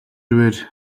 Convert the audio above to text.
бээр